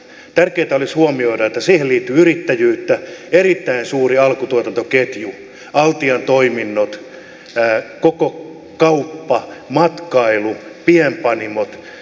tärkeätä olisi huomioida että siihen liittyy yrittäjyyttä erittäin suuri alkutuotantoketju altian toiminnot koko kauppa matkailu pienpanimot